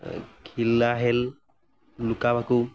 ঘিলা খেল লুকা ভাকু